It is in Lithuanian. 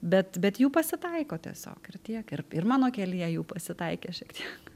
bet bet jų pasitaiko tiesiog ir tiek ir ir mano kelyje jų pasitaikė šiek tiek